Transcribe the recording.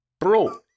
Bro